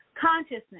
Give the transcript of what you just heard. Consciousness